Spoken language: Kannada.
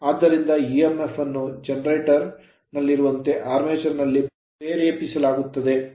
ಆದ್ದರಿಂದ EMF ಅನ್ನು generator ಜನರೇಟರ್ ನಲ್ಲಿರುವಂತೆ armature ಆರ್ಮೇಚರ್ ನಲ್ಲಿ ಪ್ರೇರೇಪಿಸಲಾಗುತ್ತದೆ